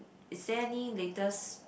is there any latest